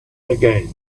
again